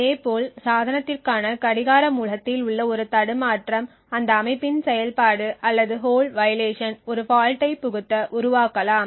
இதேபோல் சாதனத்திற்கான கடிகார மூலத்தில் உள்ள ஒரு தடுமாற்றம் அந்த அமைப்பின் செயல்பாடு அல்லது ஹோல்டு வைலேஷன் ஒரு ஃபால்ட்டை புகுத்த உருவாக்கலாம்